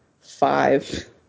five